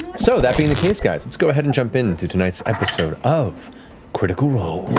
so that being the case, guys, let's go ahead and jump in to tonight's episode of critical role.